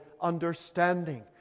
understanding